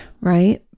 right